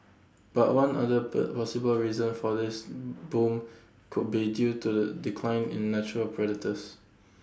but one other bur possible reason for this boom could be due to the decline in natural predators